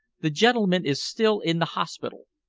the gentleman is still in the hospital,